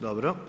Dobro.